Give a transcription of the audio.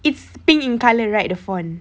it's pink in colour right the font